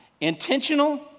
Intentional